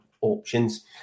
options